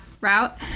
route